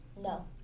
No